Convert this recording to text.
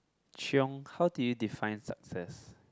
chiong how do you define success